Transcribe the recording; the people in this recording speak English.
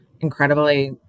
incredibly